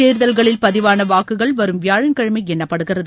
தேர்தல்களில் பதிவான வாக்குகள் வரும் வியாழக்கிழமை எண்ணப்படுகிறது